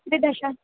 त्रिदश